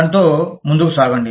దానితో ముందుకు సాగండి